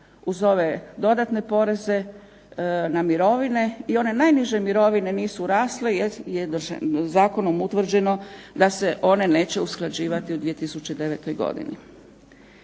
uz ove dodatne poreze na mirovine i one najniže mirovine nisu rasle jer je zakonom utvrđeno da se one neće usklađivati u 2009. godini,